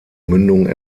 mündung